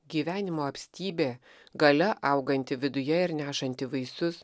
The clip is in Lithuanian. gyvenimo apstybė galia auganti viduje ir nešanti vaisius